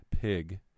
pig